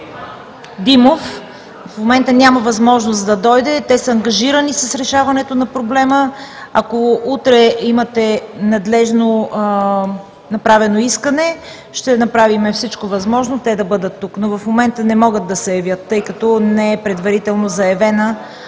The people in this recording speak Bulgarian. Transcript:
Димов в момента няма възможност да дойде. Те са ангажирани с решаването на проблема. Ако утре имате надлежно направено искане, ще направим всичко възможно те да бъдат тук, но в момента не могат да се явят, тъй като не е предварително заявено